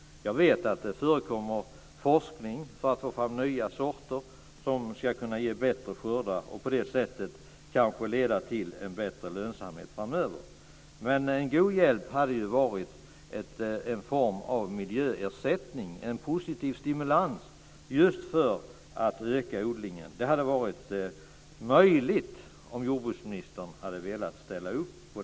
Jag vet att det förekommer forskning för att få fram nya sorter som ska kunna ge bättre skördar och på det sättet kanske leda till en bättre lönsamhet framöver. Men en god hjälp hade varit en form av miljöersättning, en positiv stimulans, just för att öka odlingen. Det hade varit möjligt om jordbruksministern hade velat ställa upp på detta.